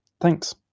thanks